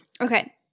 okay